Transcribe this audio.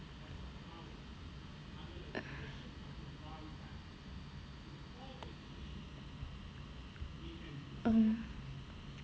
um